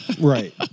Right